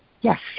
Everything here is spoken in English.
Yes